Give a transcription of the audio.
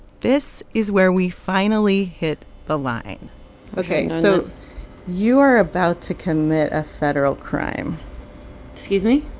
this is where we finally hit the line ok, so you are about to commit a federal crime excuse me?